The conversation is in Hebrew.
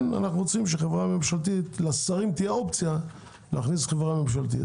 אנחנו רוצים שלשרים תהיה אופציה להכניס חברה ממשלתית.